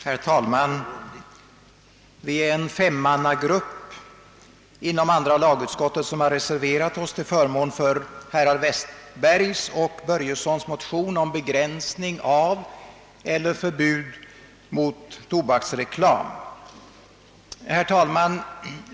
Herr talman! Vi är en femmannagrupp inom andra lagutskottet som har reserverat oss till förmån för herr Westbergs och herr Börjessons i Falköping motion om begränsning av eller förbud mot tobaksreklam.